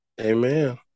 amen